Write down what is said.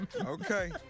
Okay